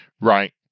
right